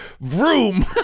vroom